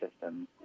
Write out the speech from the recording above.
systems